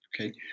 okay